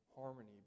harmony